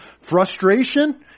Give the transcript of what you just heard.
Frustration